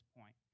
point